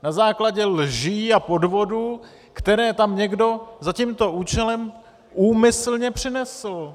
Na základě lží a podvodů, které tam někdo za tímto účelem úmyslně přinesl.